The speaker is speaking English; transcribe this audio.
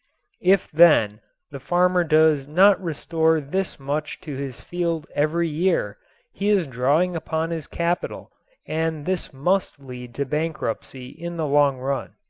if then the farmer does not restore this much to his field every year he is drawing upon his capital and this must lead to bankruptcy in the long run.